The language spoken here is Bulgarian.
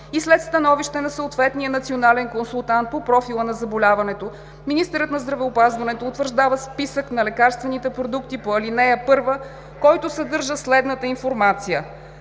и след становище на съответния национален консултант по профила на заболяването министърът на здравеопазването утвърждава списък на лекарствените продукти по ал. 1, който съдържа следната информация: